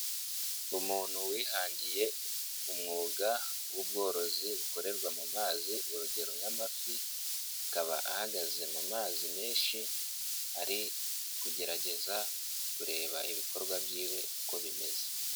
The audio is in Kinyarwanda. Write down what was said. Umuntu wihangiye umwuga w'ubworozi bukorerwa mu mazi urugero nk'amafi akaba ahagaze mu mazi menshi ari kugerageza kureba ibikorwa byiwe uko bimeze.